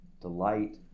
delight